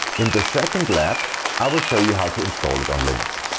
in the second lab i will show you how to install it on linux.